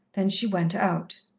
then she went out.